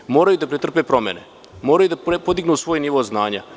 Svi moraju da pretrpe promene, moraju da podignu svoj nivo znanja.